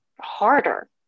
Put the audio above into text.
harder